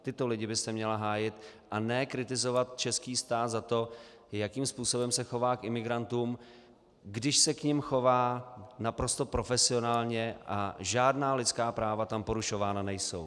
Tyto lidi byste měla hájit a ne kritizovat český stát za to, jakým způsobem se chová k imigrantům, když se k nim chová naprosto profesionálně a žádná lidská práva tam porušována nejsou.